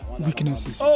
weaknesses